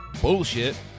Bullshit